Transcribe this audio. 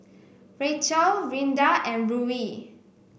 Rachel Rinda and Ruie